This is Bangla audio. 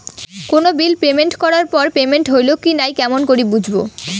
কোনো বিল পেমেন্ট করার পর পেমেন্ট হইল কি নাই কেমন করি বুঝবো?